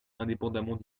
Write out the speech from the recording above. indépendement